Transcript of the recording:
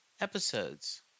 episodes